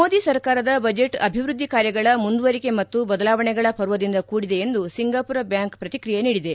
ಮೋದಿ ಸರ್ಕಾರದ ಬಜೆಚ್ ಅಭಿವೃದ್ಧಿ ಕಾರ್ಯಗಳ ಮುಂದುವರಿಕೆ ಮತ್ತು ಬದಲಾವಣೆಗಳ ಪರ್ವದಿಂದ ಕೂಡಿದೆ ಎಂದು ಸಿಂಗಾಮರ್ ಬ್ವಾಂಕ್ ಪ್ರತಿಕ್ರಿಯೆ ನೀಡಿದೆ